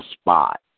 spot